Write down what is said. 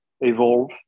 evolve